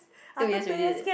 two years already is it